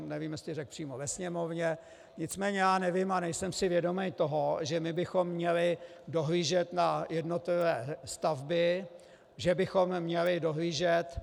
Nevím, jestli řekl přímo ve Sněmovně, nicméně já nevím a nejsem si vědom toho, že my bychom měli dohlížet na jednotlivé stavby, že bychom měli dohlížet...